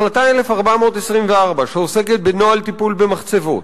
החלטה 1424, שעוסקת בנוהל טיפול במחצבות,